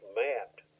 mapped